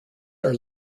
are